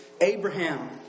Abraham